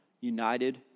united